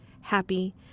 happy